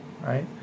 right